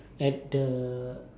at the